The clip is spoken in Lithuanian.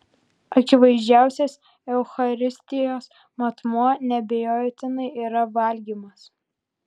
akivaizdžiausias eucharistijos matmuo neabejotinai yra valgymas